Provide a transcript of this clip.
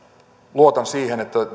luotan siihen että